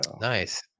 Nice